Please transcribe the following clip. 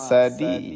Sadi